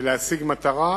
ולהשיג מטרה,